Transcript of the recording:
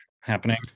happening